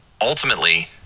Ultimately